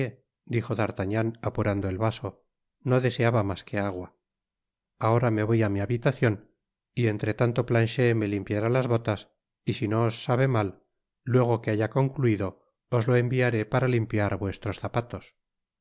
dijo d'artagnan apurando el vaso no deseaba mas que agua ahora me voy á mi habitacion y entretanto planchet me limpiará las botas y si no os sabe mal luego que haya concluido os lo enviaré para limpiar vuestros zapatos